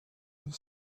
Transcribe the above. have